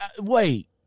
wait